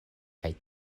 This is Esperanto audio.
kaj